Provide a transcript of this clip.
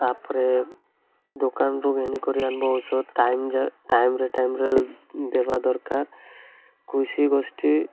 ତା'ପରେ ଦୋକାନରୁ ଘେନି କରି ଆଣବ ଔଷଧ ଟାଇମ୍ରେ ଟାଇମ୍ରେ ଟାଇମ୍ରେ ଦେବା ଦରକାର କୃଷି ଗୋଷ୍ଠୀ